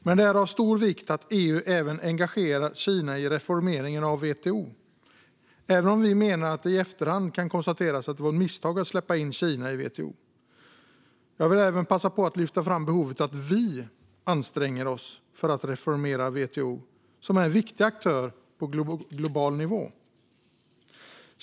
Men det är av stor vikt att EU även engagerar Kina i reformeringen av WTO, även om vi menar att det i efterhand kan konstateras att det var ett misstag att släppa in Kina i WTO. Jag vill även passa på att lyfta behovet av att vi anstränger oss för att reformera WTO, som är en viktig aktör på global nivå.